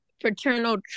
fraternal